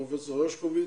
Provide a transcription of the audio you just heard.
פרופ' הרשקוביץ'